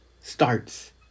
starts